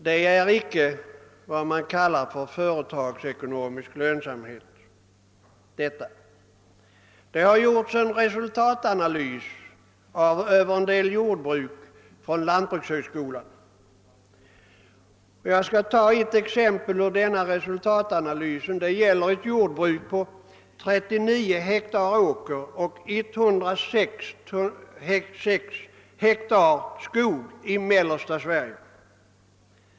Detta är icke vad som kallas för företagsekonomisk lönsamhet. Lantbrukshögskolan har gjort en resultatanalys för en del jordbruk, och jag skall ta ett exempel från denna analys. Det gäller ett jordbruk på 39 hektar åker och 106 hektar skog i Mellansverige.